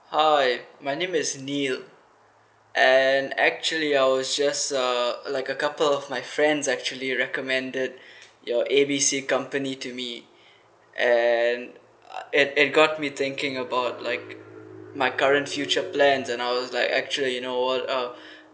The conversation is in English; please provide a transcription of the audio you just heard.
hi my name is niel and actually I was just uh like a couple of my friends actually recommended your A B C company to me and uh it~ it got me thinking about like my current future plans and I was like actually you know what uh